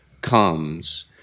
comes